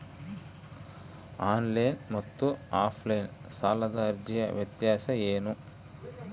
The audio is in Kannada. ಆನ್ಲೈನ್ ಮತ್ತು ಆಫ್ಲೈನ್ ಸಾಲದ ಅರ್ಜಿಯ ವ್ಯತ್ಯಾಸ ಏನು?